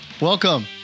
Welcome